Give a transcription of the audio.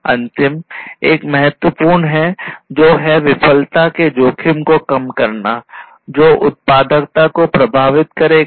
अंतिम एक बहुत महत्वपूर्ण है जो है विफलता के जोखिम को कम करना जो उत्पादकता को प्रभावित करेगा